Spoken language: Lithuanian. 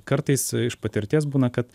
kartais iš patirties būna kad